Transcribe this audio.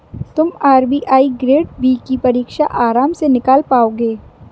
तुम RBI grade B की परीक्षा आराम से निकाल पाओगे